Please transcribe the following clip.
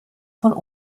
von